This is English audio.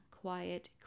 quiet